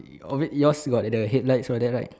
obvious yours got the head light all that right